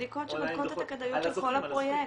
בדיקות שבודקות את הכדאיות של כל הפרויקט.